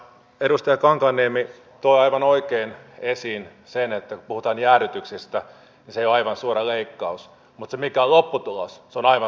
edustaja kankaanniemi toi aivan oikein esiin sen että kun puhutaan jäädytyksestä niin se ei ole aivan suora leikkaus mutta se mikä on lopputulos on aivan suora leikkaus